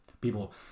people